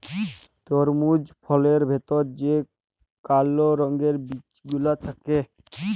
তরমুজ ফলের ভেতর যে কাল রঙের বিচি গুলা থাক্যে